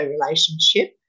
relationship